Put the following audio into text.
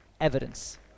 evidence